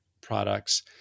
products